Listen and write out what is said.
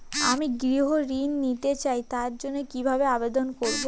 আমি গৃহ ঋণ নিতে চাই তার জন্য কিভাবে আবেদন করব?